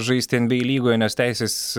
žaisti nba lygoj nes teisės